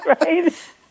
right